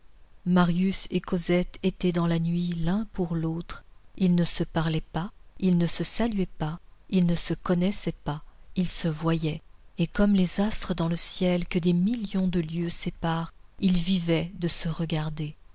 marius et cosette étaient dans la nuit l'un pour l'autre ils ne se parlaient pas ils ne se saluaient pas ils ne se connaissaient pas ils se voyaient et comme les astres dans le ciel que des millions de lieues séparent ils vivaient de se regarder